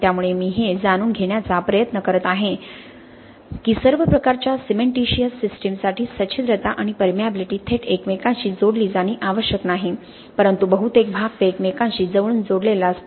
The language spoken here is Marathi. त्यामुळे मी हे जाणून घेण्याचा प्रयत्न करत आहे की सर्व प्रकारच्या सिमेंटिशिअस सिस्टीमसाठी सच्छिद्रता आणि परमियाबीलिटी थेट एकमेकांशी जोडली जाणे आवश्यक नाही परंतु बहुतेक भाग ते एकमेकांशी जवळून जोडलेले असता